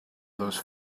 those